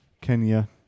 Kenya